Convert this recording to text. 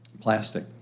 plastic